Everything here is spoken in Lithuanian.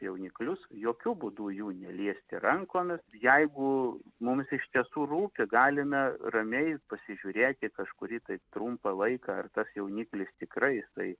jauniklius jokiu būdu jų neliesti rankomis jeigu mums iš tiesų rūpi galime ramiai pasižiūrėti kažkurį tai trumpą laiką ar tas jauniklis tikrai jisai